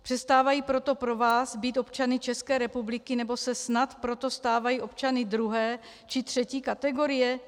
Přestávají proto pro vás být občany České republiky, nebo se snad proto stávají občany druhé či třetí kategorie?